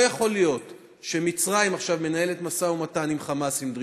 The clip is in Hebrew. לא יכול להיות שמצרים מנהלת עכשיו משא ומתן עם "חמאס" עם דרישות,